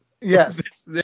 Yes